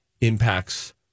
impacts